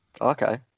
Okay